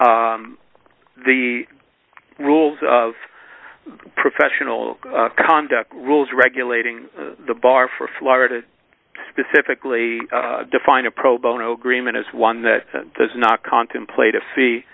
the rules of professional conduct rules regulating the bar for florida specifically defined a pro bono agreement as one that does not contemplate a fee